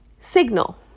signal